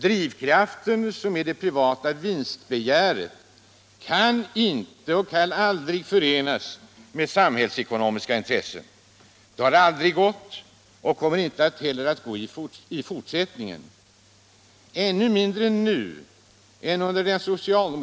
Drivkraften som är det privata vinstbegäret kan inte förenas med samhällsekonomiska intressen. Det har aldrig gått — än mindre nu än under den socialdemokratiska regeringens tid — och det kommer inte heller att gå i framtiden.